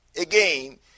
again